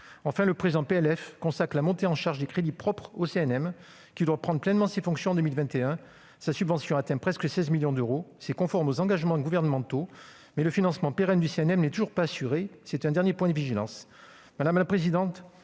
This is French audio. Enfin, le présent PLF consacre la montée en charge des crédits propres au CNM, qui doit prendre pleinement ses fonctions en 2021. Sa subvention atteint presque 16 millions d'euros. C'est conforme aux engagements gouvernementaux, mais le financement pérenne du CNM n'est toujours pas assuré. C'est un dernier point de vigilance.